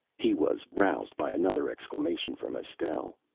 he was roused by another exclamation from estelle.